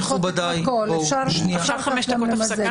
מכובדיי --- אפשר חמש דקות הפסקה?